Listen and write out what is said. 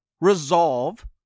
resolve